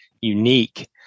unique